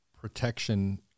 protection